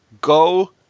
go